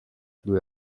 due